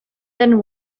then